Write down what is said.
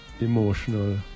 emotional